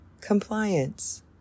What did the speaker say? compliance